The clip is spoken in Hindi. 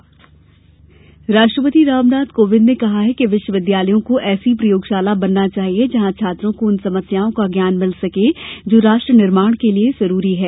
राष्ट्रपति राष्ट्रपति रामनाथ कोविंद ने कहा है कि विश्वविद्यालयों को ऐसी प्रयोगशाला बनना चाहिए जहां छात्रों को उन समस्याओं का ज्ञान मिल सके जो राष्ट्र निर्माण के लिए जरूरी हैं